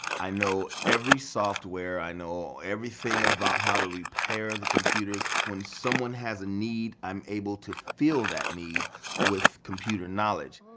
i know every software, i know everything about how to repair the computers. when someone has a need, i'm able to fill that need with computer knowledge.